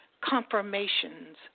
confirmations